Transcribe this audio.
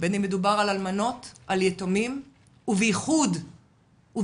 בין אם מדובר על אלמנות, על יתומים, וביחוד האחים